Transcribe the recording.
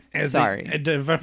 Sorry